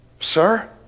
Sir